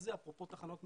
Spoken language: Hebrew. אפרופו תחנות מרכזיות,